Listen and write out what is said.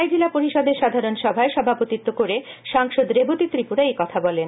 ধলাই জিলা পরিষদের সাধারণ সভায় সভাপতিত্ব করে সাংসদ রেবতী ত্রিপুরা এই কথা বলেন